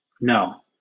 No